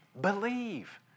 Believe